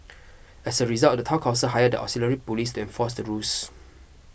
as a result the Town Council hired the auxiliary police to enforce the rules